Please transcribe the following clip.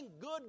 good